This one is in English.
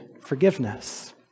forgiveness